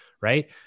right